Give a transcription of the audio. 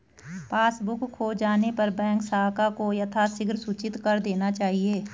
passbook खो जाने पर बैंक शाखा को यथाशीघ्र सूचित कर देना चाहिए